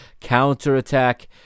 counterattack